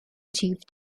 chief